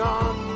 on